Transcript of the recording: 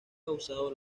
causado